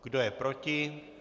Kdo je proti?